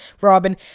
Robin